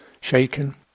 shaken